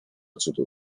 cudu